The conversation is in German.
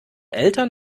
eltern